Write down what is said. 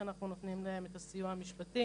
שאנחנו נותנים להם סיוע משפטי,